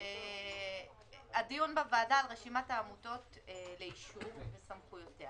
"II הדיון בוועדה על רשימות העמותות לאישור וסמכויותיה